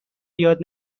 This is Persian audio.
یاد